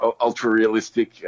ultra-realistic